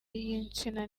y’insina